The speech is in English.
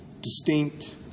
distinct